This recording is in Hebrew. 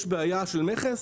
יש בעיה של מכס?